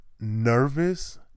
nervous